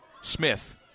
Smith